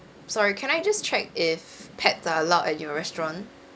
sorry can I just check if pets are allowed at your restaurant